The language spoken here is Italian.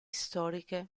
storiche